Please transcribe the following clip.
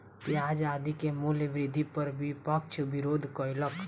प्याज आदि के मूल्य वृद्धि पर विपक्ष विरोध कयलक